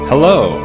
Hello